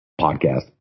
podcast